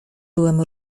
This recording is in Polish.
byłem